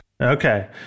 Okay